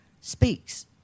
speaks